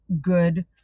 good